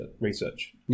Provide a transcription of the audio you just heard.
research